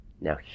Now